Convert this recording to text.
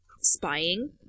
spying